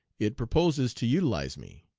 it proposes to utilize me.